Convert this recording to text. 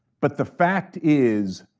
but the fact is,